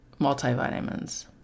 multivitamins